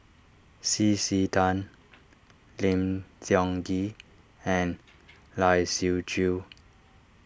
C C Tan Lim Tiong Ghee and Lai Siu Chiu